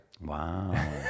wow